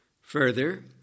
Further